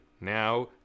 now